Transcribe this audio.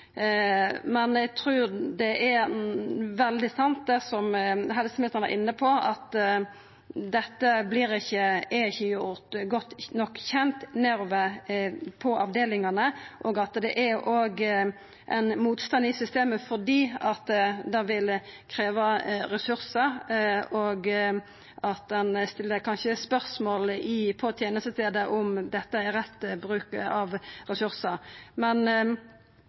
Men eg trur det er veldig sant, det helseministeren var inne på, at dette ikkje er gjort godt nok kjent nedover på avdelingane, at det er ein motstand i systemet fordi det vil krevja ressursar, og at ein på tenestestaden kanskje stiller spørsmål ved om det er rett bruk av ressursar.